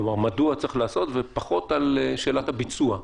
מדוע צריך לעשות ופחות על שאלת הביצוע,